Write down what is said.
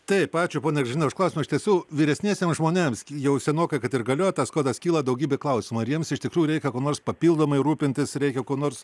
taip ačiū ponia gražina už klausimą iš tiesų vyresniesiems žmonėms jau senokai kad ir galioja tas kodas kyla daugybė klausimų ar jiems iš tikrųjų reikia ko nors papildomai rūpintis reikia ko nors